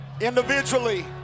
individually